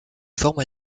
forme